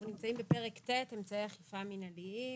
אנחנו נמצאים בפרק ט', אמצעי אכיפה מנהליים.